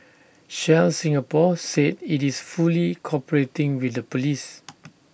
Shell Singapore said IT is fully cooperating with the Police